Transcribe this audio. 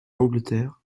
angleterre